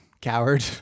coward